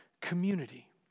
community